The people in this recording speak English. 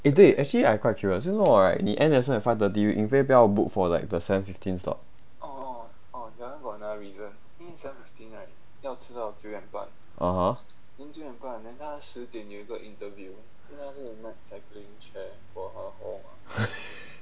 eh 对 actually I quite curious 为什么 right 你 end lesson at five thirty yin fei 不要 book for like the seven fifteen slot (uh huh)